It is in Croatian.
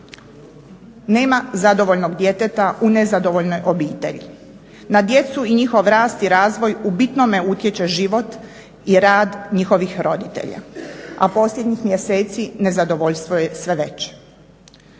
Nema zadovoljnog djeteta u nezadovoljnoj obitelji. Na djecu i njihov rast i razvoj u bitnome utječe život i rad njihovih roditelja, a posljednjih mjeseci nezadovoljstvo je sve veće,